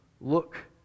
look